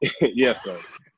Yes